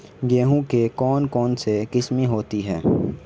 गेहूँ की कौन कौनसी किस्में होती है?